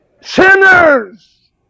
Sinners